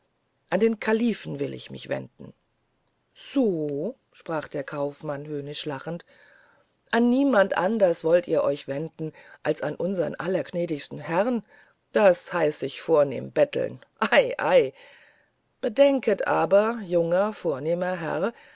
an den kalifen will ich mich wenden so sprach der kaufmann höhnisch lächelnd an niemand anders wollt ihr euch wenden als an unsern allergnädigsten herrn das heiße ich vornehm betteln ei ei bedenket aber junger vornehmer herr